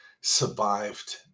survived